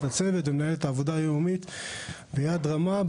את הצוות ומנהלת את העבודה היום-יומית ביד רמה,